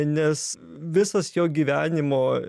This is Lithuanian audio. nes visas jo gyvenimo